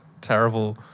terrible